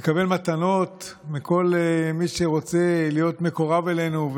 לקבל מתנות מכל מי שרוצה להיות מקורב אלינו,